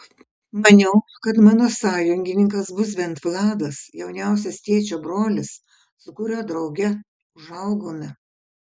maniau kad mano sąjungininkas bus bent vladas jauniausias tėčio brolis su kuriuo drauge užaugome